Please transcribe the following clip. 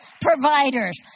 providers